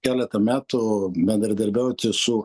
keletą metų bendradarbiauti su